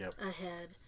ahead